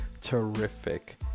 terrific